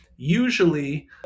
usually